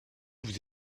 vous